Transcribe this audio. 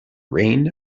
reign